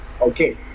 Okay